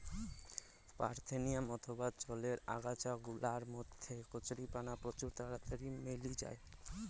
parthenium অথবা জলের আগাছা গুলার মধ্যে কচুরিপানা প্রচুর তাড়াতাড়ি মেলি জায়